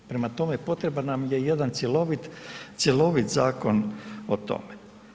Prema tome, potreban nam je jedan cjelovit zakon o tome.